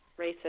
racist